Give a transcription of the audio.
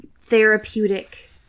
therapeutic